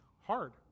hard